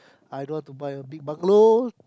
I don't want to buy a big Bunglow